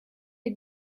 est